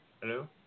hello